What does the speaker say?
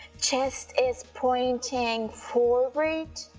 chest is pointing forward,